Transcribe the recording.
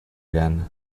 again